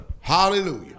Hallelujah